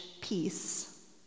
peace